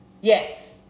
Yes